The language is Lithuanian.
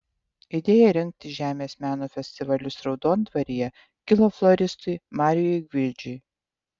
idėja rengti žemės meno festivalius raudondvaryje kilo floristui marijui gvildžiui